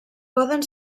poden